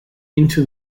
into